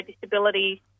disability